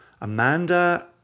Amanda